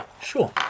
Sure